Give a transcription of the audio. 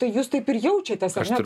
tai jūs taip ir jaučiatės ar ne